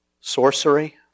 Sorcery